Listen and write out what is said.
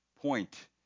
point